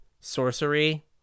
sorcery